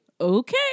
okay